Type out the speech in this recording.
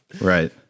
Right